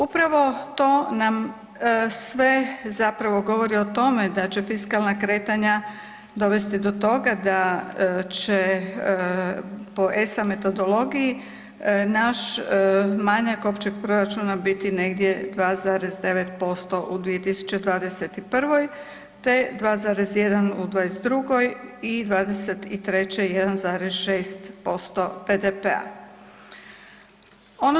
Upravo to nam sve zapravo govori o tome da će fiskalna kretanja dovesti do toga da će po ESA metodologiji naš manjak općeg proračuna biti negdje 2,9% u 2021., te 2,1 u 2022. i 2023. 1,6% BDP-a.